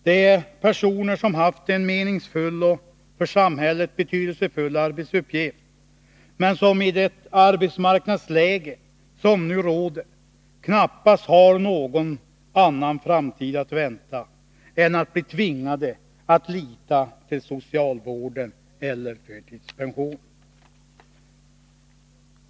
Det är personer som haft en meningsfull och för samhället betydelsefull arbetsuppgift, men som i det arbetsmarknadsläge som nu råder knappast har någon annan framtid att vänta än att bli tvingade att lita till socialvården eller förtidspension.